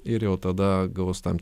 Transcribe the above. ir jau tada gaus tam